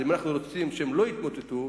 אם אנחנו רוצים שהם לא יתמוטטו,